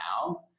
now